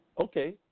okay